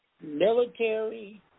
military